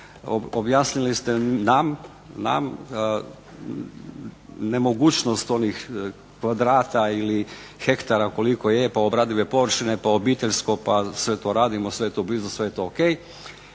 objasnili ste nam nemogućnost onih kvadrata ili hektara koliko je obradive površine, pa obiteljsko, pa sve to radimo, sve je to blizu, sve je to o.k.